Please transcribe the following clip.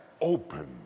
open